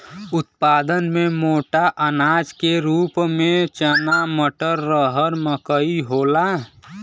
उत्पादन में मोटा अनाज के रूप में चना मटर, रहर मकई होला